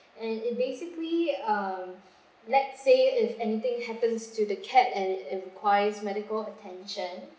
and it basically um let's say if anything happens to the cat and it requires medical attention